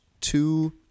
two